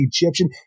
Egyptian